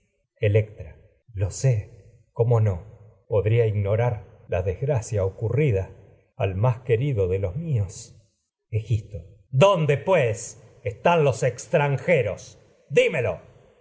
electra lo cómo no podría ignorar la des gracia ocurrida al más querido de los míos egisto melo dónde pues están los extranjeros